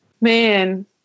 man